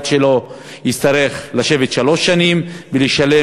שלו הוא יצטרך לשבת שלוש שנים ולשלם,